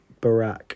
Barack